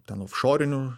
ten ofšorinių